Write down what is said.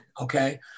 okay